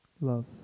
love